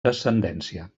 descendència